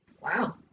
Wow